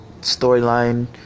storyline